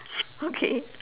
okay